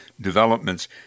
developments